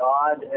God